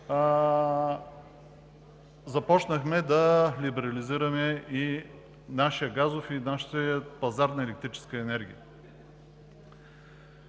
започнахме да либерализираме както нашия газов, така и нашия пазар на електрическа енергия.